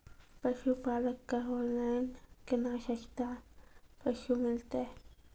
पशुपालक कऽ ऑनलाइन केना सस्ता पसु मिलतै?